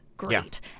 Great